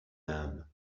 them